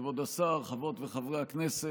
כבוד השר, חברות וחברי הכנסת,